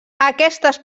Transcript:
aquestes